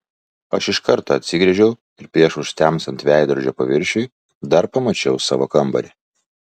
aš iš karto atsigręžiau ir prieš užtemstant veidrodžio paviršiui dar pamačiau savo kambarį